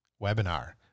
webinar